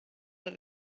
that